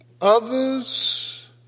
Others